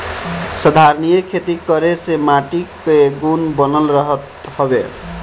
संधारनीय खेती करे से माटी कअ गुण बनल रहत हवे